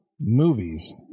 movies